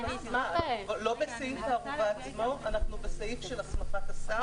לא בסעיף הערובה עצמו, אנחנו בסעיף של הסמכת השר.